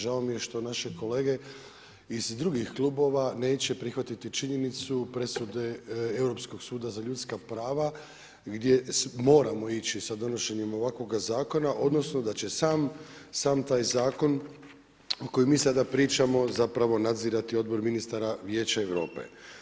Žao mi je što naše kolege iz drugih klubova neće prihvatiti činjenicu presude Europskog suda za ljudska prava gdje moramo ići sa donošenjem ovakvoga zakona odnosno da će sam taj zakon o kojem mi sada pričamo nadzirati Odbor ministara Vijeća Europe.